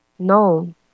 no